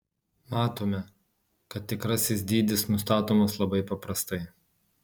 matome kad tikrasis dydis nustatomas labai paprastai